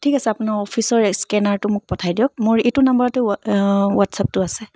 ঠিক আছে আপোনাৰ অফিচৰ স্কেনাৰটো মোক পঠাই দিয়ক মোৰ এইটো নাম্বাৰতে হোৱাটছআপটো আছে